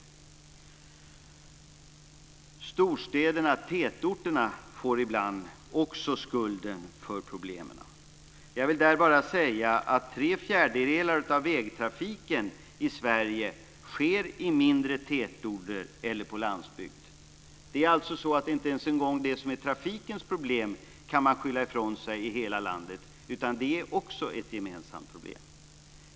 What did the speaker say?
Storstäderna och tätorterna får ibland också skulden för problemen. Där vill jag bara säga att tre fjärdedelar av biltrafiken i Sverige sker i mindre tätorter eller på landsbygd. Inte ens i fråga om trafikens problem kan man alltså skylla ifrån sig i hela landet, utan det är också ett gemensamt problem.